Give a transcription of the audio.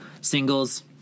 singles